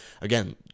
again